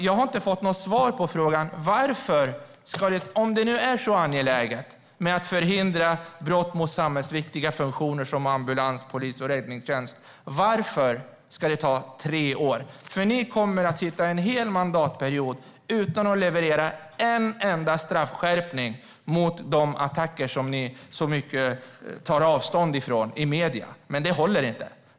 Jag har inte fått något svar på frågan varför det, om det nu är så angeläget att förhindra brott mot samhällsviktiga funktioner som ambulans, polis och räddningstjänst, ska ta tre år. Ni kommer att sitta en hel mandatperiod utan att leverera en enda straffskärpning mot de attacker som ni så kraftigt tar avstånd ifrån i medierna. Men det håller inte.